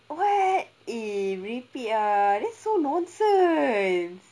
what eh merepek ah that's so nonsense